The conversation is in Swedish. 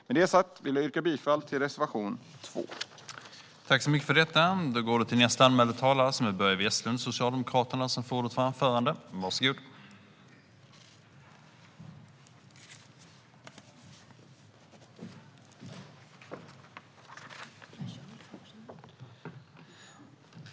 Med detta sagt vill jag yrka bifall till reservation 2.